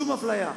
שום אפליה.